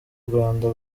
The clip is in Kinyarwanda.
rwanda